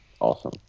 awesome